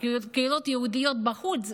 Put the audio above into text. קהילות יהודיות בחו"ל.